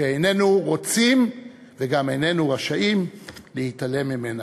שאיננו רוצים וגם איננו רשאים להתעלם ממנה.